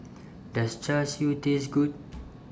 Does Char Siu Taste Good